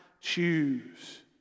choose